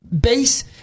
base